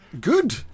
Good